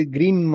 Green